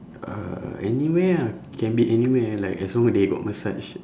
uh anywhere ah can be anywhere like as long as they got massage